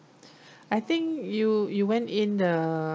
I think you you went in the